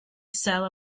cell